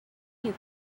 you